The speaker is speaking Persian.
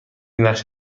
نقش